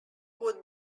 would